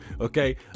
Okay